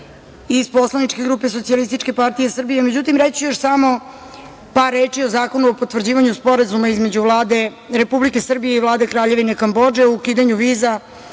iz poslaničke grupe SPS. Međutim, reći ću još samo par reči o Zakonu o potvrđivanju Sporazuma između Vlade Republike Srbije i Vlade Kraljevine Kambodže o ukidanju viza